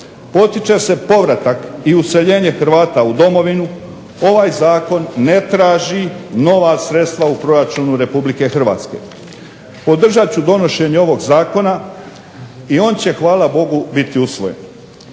Potiče se povratak i useljenje Hrvata u domovinu, ovaj zakon ne traži nova sredstva u proračunu Republike Hrvatske. Podržat ću donošenje ovog zakona, i on će hvala Bogu biti usvojen.